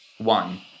One